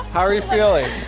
are you feeling?